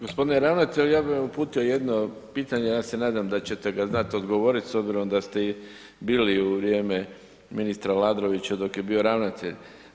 Gospodine ravnatelju, ja bih vam uputio jedno pitanje, ja se nadam da ćete ga znati odgovoriti s obzirom da ste bili u vrijeme ministra Aladrovića dok je bio ravnatelj.